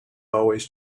always